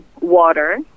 water